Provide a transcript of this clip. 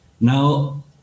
Now